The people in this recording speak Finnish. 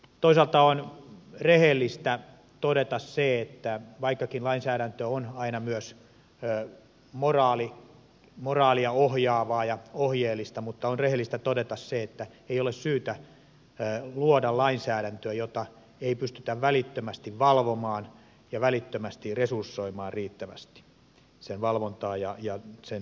toisaalta on rehellistä todeta se että vaikkakin lainsäädäntö on aina myös moraalia ohjaavaa ja ohjeellista mutta on rehellistä todeta se että ei ole syytä luoda lainsäädäntöä jota ei pystytä välittömästi valvomaan ja välittömästi resursoimaan valvontaa ja sen seurausjärjestelmiä riittävästi